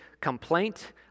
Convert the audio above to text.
complaint